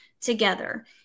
together